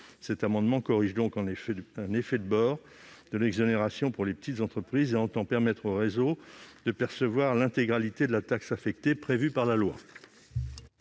Cet amendement vise donc à corriger un effet de bord de l'exonération pour les petites entreprises en permettant au réseau de percevoir l'intégralité de la taxe affectée prévue par la loi.